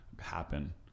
happen